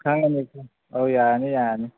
ꯈꯪꯉꯅꯤ ꯑꯧ ꯌꯥꯔꯅꯤ ꯌꯥꯔꯅꯤ